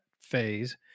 phase